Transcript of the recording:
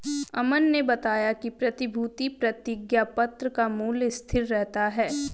अमन ने बताया कि प्रतिभूति प्रतिज्ञापत्र का मूल्य स्थिर रहता है